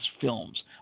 films